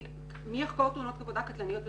מי יחקור תאונות עבודה קטלניות וקשות,